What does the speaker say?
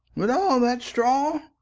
with all that straw?